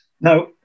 now